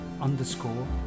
underscore